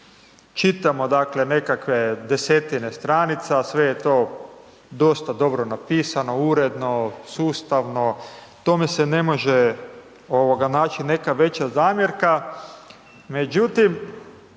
dakle, nekakve desetine stranica, sve je to dosta dobro napisano, uredno, sustavno, tome se ne može naći neka veća zamjerka. Međutim,